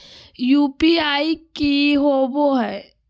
UPI की होबो है?